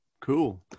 Cool